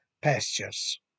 pastures